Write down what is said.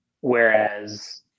Whereas